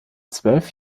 zwölf